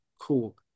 cool